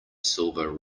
silver